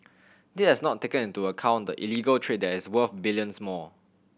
this has not taken into account the illegal trade that is worth billions more